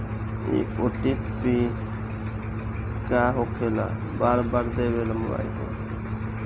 इ ओ.टी.पी का होकेला बार बार देवेला मोबाइल पर?